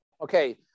okay